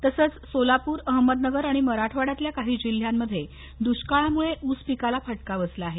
तसंच सोलापूर अहमदनगर आणि मराठवाडयातल्या काही जिल्ह्यात दृष्काळामुळे ऊस पिकाला फटका बसला आहे